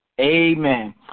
Amen